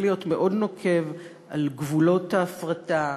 להיות מאוד נוקב על גבולות ההפרטה,